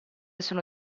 sono